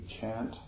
chant